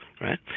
right